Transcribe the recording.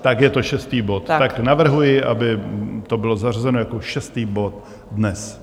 Tak je to šestý bod, navrhuji, aby to bylo zařazeno jako šestý bod dnes.